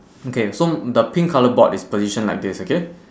okay so the pink colour board is positioned like this okay